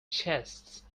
chests